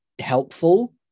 helpful